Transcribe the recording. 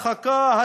הרחקה,